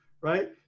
right